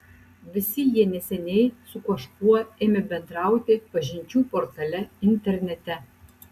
visi jie neseniai su kažkuo ėmė bendrauti pažinčių portale internete